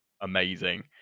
amazing